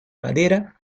madera